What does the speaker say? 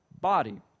body